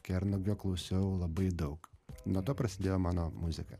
kernagio klausiau labai daug nuo to prasidėjo mano muzika